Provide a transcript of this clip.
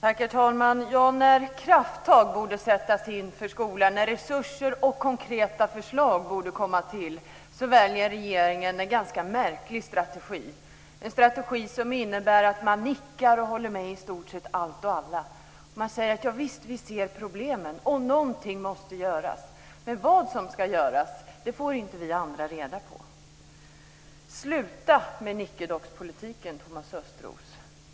Herr talman! När krafttag borde sättas in för skolan och när resurser och konkreta förslag borde komma till väljer regeringen en ganska märklig strategi, en strategi som innebär att man nickar och håller med i stort sett allt och alla. Man säger att man ser problemen och att någonting måste göras. Vad som ska göras får vi andra inte reda på. Sluta med nickedockspolitiken, Thomas Östros.